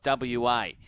WA